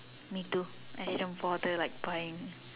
me too as in don't bother like buying